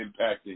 impacting